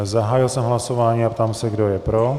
Zahájil jsem hlasování a ptám se, kdo je pro.